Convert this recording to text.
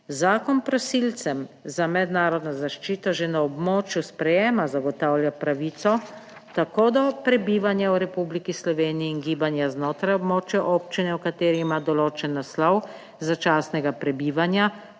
Zakon prosilcem za mednarodno zaščito že na območju sprejema zagotavlja pravico tako do prebivanja v Republiki Sloveniji in gibanja znotraj območja občine v kateri ima določen naslov začasnega prebivanja,